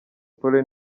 polly